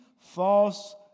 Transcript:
false